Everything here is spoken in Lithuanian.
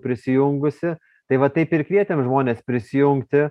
prisijungusi tai va taip ir kvietėm nes prisijungti